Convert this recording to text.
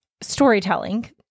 storytelling